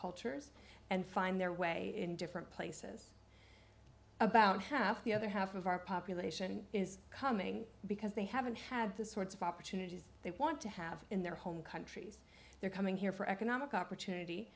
cultures and find their way in different places about half the other half of our population is coming because they haven't had the sorts of opportunities they want to have in their home countries they're coming here for economic opportunity